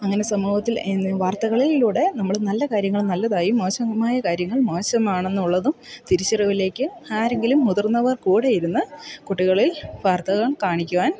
അങ്ങനെ സമൂഹത്തിൽ വാർത്തകളിലൂടെ നമ്മൾ നല്ല കാര്യങ്ങൾ നല്ലതായി മോശമായ കാര്യങ്ങൾ മോശമാണെന്നുള്ളതും തിരിച്ചറിവിലേക്ക് ആരെങ്കിലും മുതിർന്നവർ കൂടി ഇരുന്ന് കുട്ടികളിൽ വാർത്തകൾ കാണിക്കുവാൻ